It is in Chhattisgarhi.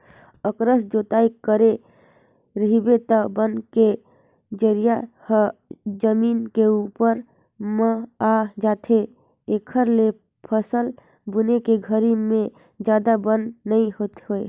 अकरस जोतई करे रहिबे त बन के जरई ह जमीन के उप्पर म आ जाथे, एखरे ले फसल बुने के घरी में जादा बन नइ होय